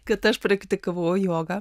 kad aš praktikavau jogą